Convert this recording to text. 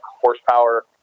horsepower